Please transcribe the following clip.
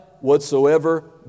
whatsoever